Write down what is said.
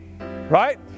Right